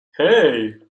hey